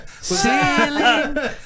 sailing